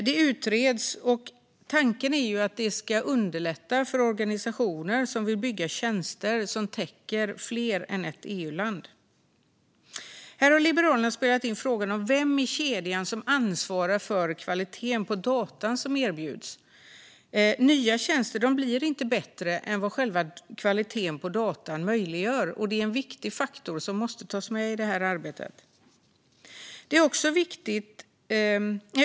Detta utreds, och tanken är att det ska underlätta för organisationer som vill bygga tjänster som täcker mer än ett EU-land. Här har Liberalerna tagit upp frågan vem i kedjan som ansvarar för kvaliteten på de data som erbjuds. Nya tjänster blir inte bättre än vad kvaliteten på själva data möjliggör, och det är en viktig faktor som måste tas med i arbetet.